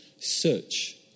search